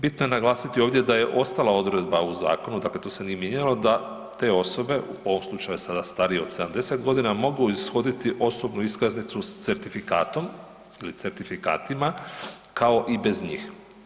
Bitno je naglasiti ovdje da je ostala odredba u zakonu dakle to se nije mijenjalo da te osobe u ovom slučaju sada starije od 70 godina mogu ishoditi osobnu iskaznicu s certifikatom ili certifikatima kao i bez njih.